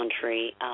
country